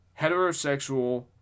heterosexual